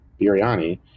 biryani